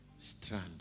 Strand